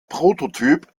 prototyp